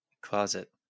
closet